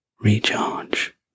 recharge